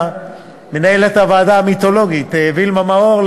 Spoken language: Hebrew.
למנהלת הוועדה המיתולוגית וילמה מאור,